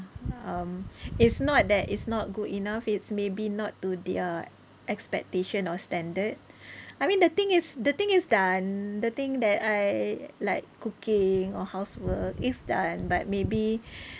um it's not that it's not good enough it's maybe not to their expectation or standard I mean the thing is the thing is done the thing that I like cooking or housework is done but maybe